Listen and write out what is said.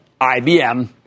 IBM